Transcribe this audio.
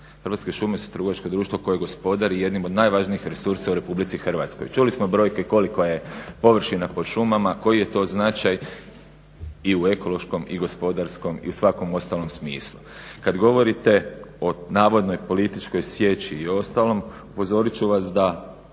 Hrvatske šume su trgovačko društvo koje gospodari jednim od najvažnijih resursa u Republici Hrvatskoj. Čuli smo brojke koliko je površina pod šumama, koji je to značaj i u ekološkom i gospodarskom i u svakom ostalom smislu. Kad govorite o navodnoj političkoj sjeći i ostalom upozorit ću vas da